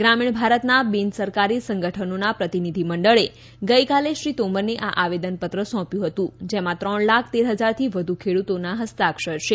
ગ્રામીણ ભારતના બિન સરકારી સંગઠનોના પ્રતિનિધિમંડળે ગઈકાલે શ્રી તોમરને આ આવેદનપત્ર સોંપ્યું જેમાં ત્રણ લાખ તેર હજારથી વધુ ખેડૂતોના હસ્તાક્ષર છે